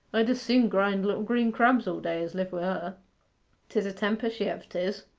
i'd as soon grind little green crabs all day as live wi' her tis a temper she hev, tis,